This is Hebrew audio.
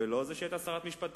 ולא שהיא היתה שרת המשפטים,